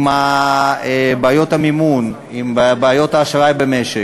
עם בעיות המימון, עם בעיות האשראי במשק,